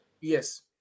Yes